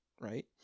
right